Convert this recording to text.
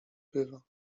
bywa